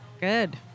Good